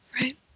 Right